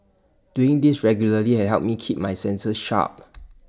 doing this regularly has helped me keep my senses sharp